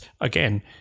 again